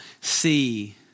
see